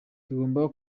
tugomba